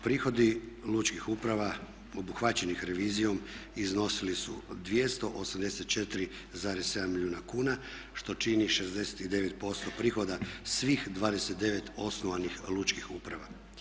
Prihodi lučkih uprava obuhvaćenih revizijom iznosili su 284,7 milijuna kuna što čini 69% prihoda svih 29 osnovanih lučkih uprava.